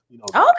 Okay